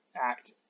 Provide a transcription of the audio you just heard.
act